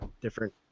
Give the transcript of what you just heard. different